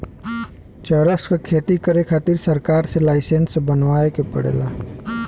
चरस क खेती करे खातिर सरकार से लाईसेंस बनवाए के पड़ेला